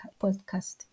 podcast